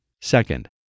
Second